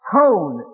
tone